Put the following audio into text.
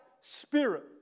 spirit